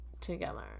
together